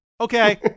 Okay